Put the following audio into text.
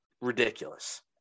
ridiculous